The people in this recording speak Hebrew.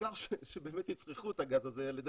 העיקר שבאמת יצרכו את הגז הזה על ידי